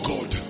God